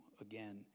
again